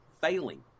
failing